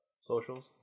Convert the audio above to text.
socials